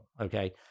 Okay